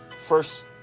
first